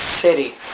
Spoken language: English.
City